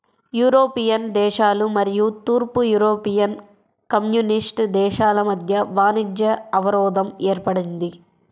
European దేశాలు మరియు తూర్పు యూరోపియన్ కమ్యూనిస్ట్ దేశాల మధ్య వాణిజ్య అవరోధం ఏర్పడింది